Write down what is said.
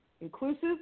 inclusive